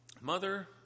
mother